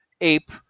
ape